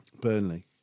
Burnley